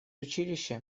училища